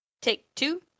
Take-Two